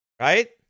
right